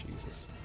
Jesus